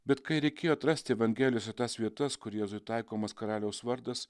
bet kai reikėjo atrasti evangelijose tas vietas kur jėzui taikomas karaliaus vardas